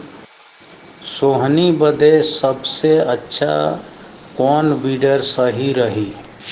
सोहनी बदे सबसे अच्छा कौन वीडर सही रही?